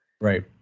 Right